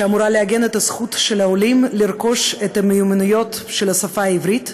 שאמורה לעגן את הזכות של העולים לרכוש את המיומנויות של השפה העברית,